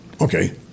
okay